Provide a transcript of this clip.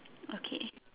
okay